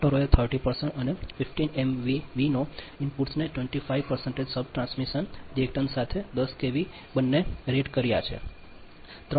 મોટરોએ 30 અને 15 એમવીએના ઇનપુટ્સને 25 સબટ્રાન્સિયેન્ટ રિએક્ટેન્સ સાથે 10 કેવી બંને રેટ કર્યા છે